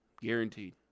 guaranteed